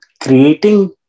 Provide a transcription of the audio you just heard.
creating